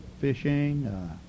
fishing